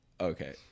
Okay